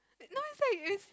no it's like it's